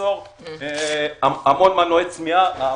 ליצור המון מנועי צמיחה אבל